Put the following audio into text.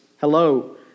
Hello